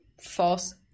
false